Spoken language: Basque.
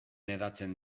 hedatzen